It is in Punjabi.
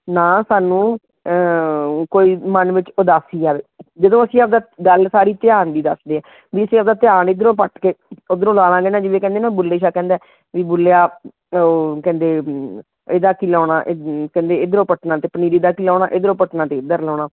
ਨਾ ਸਾਨੂੰ ਕੋਈ ਮਨ ਵਿੱਚ ਉਦਾਸੀ ਆਵੇ ਜਦੋਂ ਅਸੀਂ ਆਪਣਾ ਗੱਲ ਸਾਰੀ ਧਿਆਨ ਦੀ ਦੱਸਦੇ ਹੈ ਵੀ ਅਸੀਂ ਆਪਣਾ ਧਿਆਨ ਇੱਧਰੋਂ ਪੱਟ ਕੇ ਉੱਧਰੋਂ ਲਾ ਲਾਂਗੇ ਨਾ ਜਿਵੇਂ ਕਹਿੰਦੇ ਨਾ ਬੁੱਲ੍ਹੇ ਸ਼ਾਹ ਕਹਿੰਦਾ ਵੀ ਬੁੱਲ੍ਹਿਆ ਕਹਿੰਦੇ ਇਹਦਾ ਕੀ ਲਾਉਣਾ ਕਹਿੰਦੇ ਇੱਧਰੋਂ ਪੱਟਣਾ ਤੇ ਪਨੀਰੀ ਦਾ ਕੀ ਲਾਉਣਾ ਇੱਧਰੋਂ ਪੱਟਣਾ ਤੇ ਇੱਧਰ ਲਾਉਣਾ